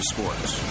Sports